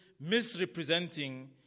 misrepresenting